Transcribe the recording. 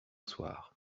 soir